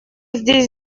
здесь